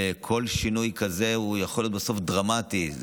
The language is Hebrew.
וכל שינוי כזה יכול להיות בסוף דרמטי.